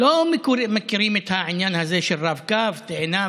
לא מכירים את העניין הזה של רב-קו, טעינה וכדומה,